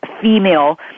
female